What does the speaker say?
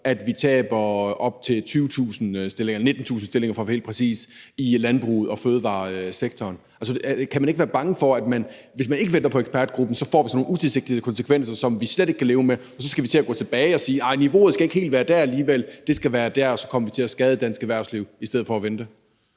at vi taber 19.000 stillinger, for at være helt præcis, i landbruget og fødevaresektoren? Altså, kan man ikke være bange for, at hvis man ikke venter på ekspertgruppen, så får vi nogle utilsigtede konsekvenser, som vi slet ikke kan leve med, og hvor vi så skal til at gå tilbage og sige, at niveauet ikke helt skal være dér alligevel, men at det skal være dér, og så kommer vi til at skade dansk erhvervsliv, i stedet for at vi